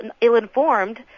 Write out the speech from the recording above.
ill-informed